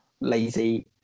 lazy